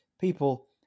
people